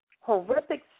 horrific